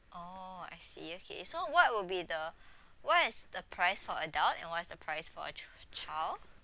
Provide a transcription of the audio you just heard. oh I see okay so what will be the what is the price for adult and what is the price for a ch~ child